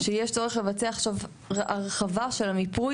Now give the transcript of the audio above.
שיש צורך לבצע עכשיו הרחבה של המיפוי.